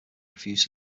refused